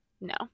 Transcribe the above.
no